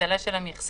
הגדלה של המכסה.